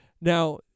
Now